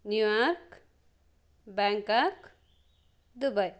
New York Bangkok Dubai